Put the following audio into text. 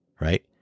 right